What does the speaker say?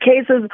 cases